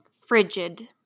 Frigid